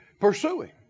pursuing